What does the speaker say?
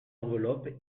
enveloppes